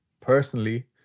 personally